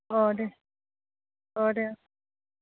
अ देह अ देह